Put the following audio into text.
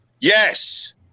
Yes